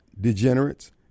degenerates